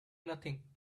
nothing